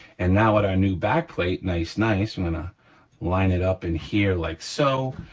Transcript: and now add our new backplate, nice nice. i'm gonna line it up in here like so.